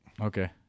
Okay